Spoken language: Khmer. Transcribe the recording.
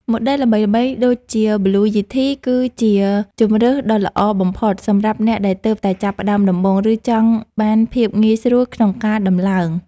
ម៉ូដែលល្បីៗដូចជាប៊្លូ យីធីគឺជាជម្រើសដ៏ល្អបំផុតសម្រាប់អ្នកដែលទើបតែចាប់ផ្តើមដំបូង ឬចង់បានភាពងាយស្រួលក្នុងការដំឡើង។